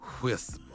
whisper